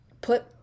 put